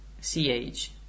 C-H